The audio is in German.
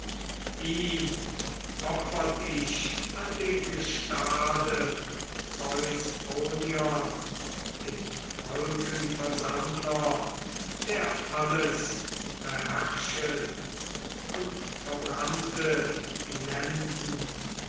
ihn opfert ich an dem gestade zeus kronion dem wolkenversammler der alles beherrschet und verbrannte die lenden